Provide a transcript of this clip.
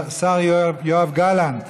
השר יואב גלנט